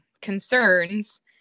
concerns